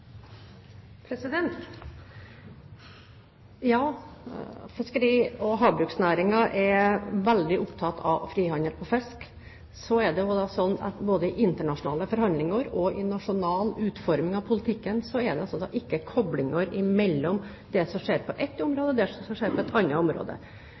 Ja, fiskeri- og havbruksnæringen er veldig opptatt av frihandel på fisk. Så er det slik at både i internasjonale forhandlinger og i nasjonal utforming av politikken er det ikke koblinger mellom det som skjer på ett